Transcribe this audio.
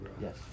Yes